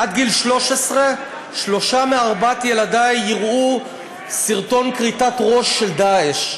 עד גיל 13 שלושה מארבעת ילדי יראו סרטון כריתת ראש של "דאעש",